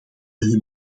hun